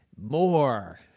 more